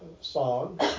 song